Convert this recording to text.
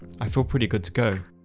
i feel pretty good to go.